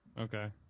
Okay